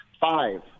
five